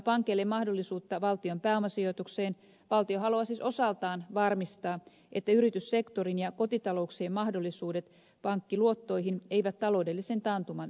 tarjoamalla pankeille mahdollisuutta valtion pääomasijoitukseen valtio haluaa siis osaltaan varmistaa että yrityssektorin ja kotitalouksien mahdollisuudet pankkiluottoihin eivät taloudellisen taantuman syvetessä vaarannu